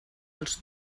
els